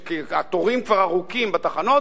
כי התורים כבר ארוכים בתחנות,